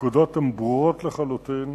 הפקודות ברורות לחלוטין,